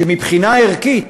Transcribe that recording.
שמבחינה ערכית